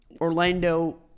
Orlando